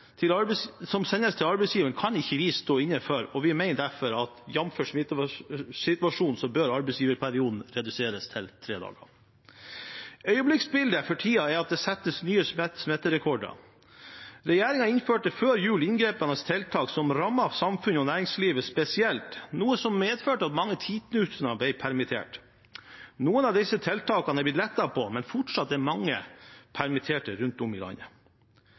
til arbeidsgiveren kan ikke vi stå inne for, og vi mener derfor at jf. smittesituasjonen bør arbeidsgiverperioden reduseres til tre dager. Øyeblikksbildet for tiden er at det settes nye smitterekorder. Regjeringen innførte før jul inngripende tiltak som rammet samfunnet og næringslivet spesielt, noe som medførte at mange titusener ble permittert. Noen av disse tiltakene er blitt lettet på, men fortsatt er mange permittert rundt om i landet.